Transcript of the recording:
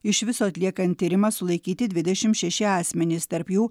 iš viso atliekant tyrimą sulaikyti dvidešimt šeši asmenys tarp jų